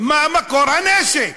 מה מקור הנשק?